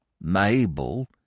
Mabel